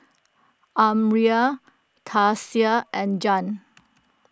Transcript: Almyra Tasia and Jann